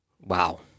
Wow